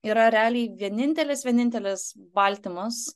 yra realiai vienintelis vienintelis baltymas